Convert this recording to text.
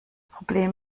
problem